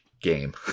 game